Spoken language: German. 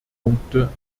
punkte